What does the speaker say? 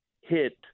hit